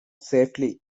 safely